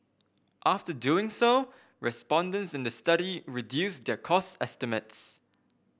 after doing so respondents in the study reduced their cost estimates